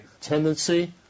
tendency